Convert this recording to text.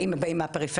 האם הם באים מהפריפריה,